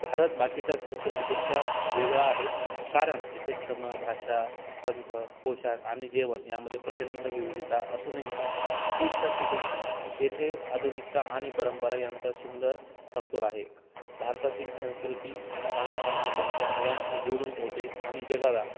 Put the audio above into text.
भारत बाकीच्या संस्कृतींपेक्षा वेगळा आहे कारण येथे धर्म भाषा पंथ पोशाख आणि जेवण यांमध्ये प्रचंड विविधता असूनही एकता टिकून आहे येथे आधुनिकता आणि परंपरा यांचा सुंदर समतोल आहे भारतातील संस्कृती माणसांना त्यांच्या मुळांशी जोडून ठेवते आणि जगाला